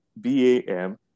B-A-M